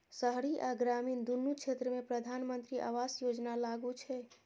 शहरी आ ग्रामीण, दुनू क्षेत्र मे प्रधानमंत्री आवास योजना लागू छै